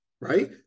right